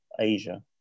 Asia